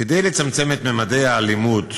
כדי לצמצם את ממדי האלימות,